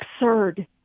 absurd